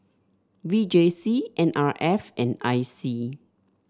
V J C N R F and I C